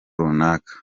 runaka